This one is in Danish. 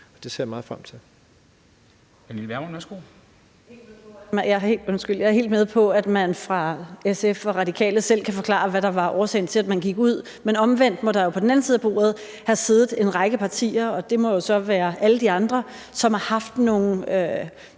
Pernille Vermund (NB): Jeg er helt med på, at man fra SF's og Radikale Venstres side selv kan forklare, hvad der var årsagen til, at man gik ud, men omvendt må der jo på den anden side af bordet have siddet en række partier – og det må jo så være alle de andre – som har haft nogle